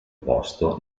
posto